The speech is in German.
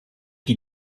die